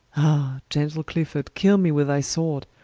gentle clifford, kill me with thy sword,